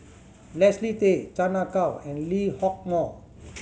Leslie Tay Chan Ah Kow and Lee Hock Moh